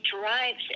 drives